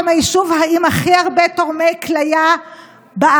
שהם היישוב עם הכי הרבה תורמי כליה בארץ,